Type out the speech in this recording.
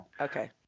Okay